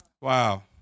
Wow